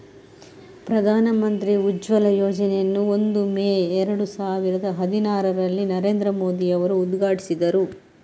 ಪ್ರಧಾನ ಮಂತ್ರಿ ಉಜ್ವಲ ಯೋಜನೆಯನ್ನು ಒಂದು ಮೇ ಏರಡು ಸಾವಿರದ ಹದಿನಾರರಲ್ಲಿ ನರೇಂದ್ರ ಮೋದಿ ಅವರು ಉದ್ಘಾಟಿಸಿದರು